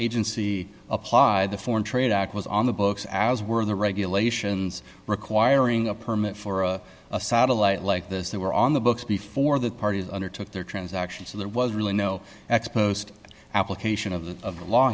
agency applied the foreign trade act was on the books as were the regulations requiring a permit for a satellite like those that were on the books before that parties undertook their transaction so there was really no exposed application of the of the law